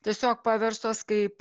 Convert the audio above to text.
tiesiog paverstos kaip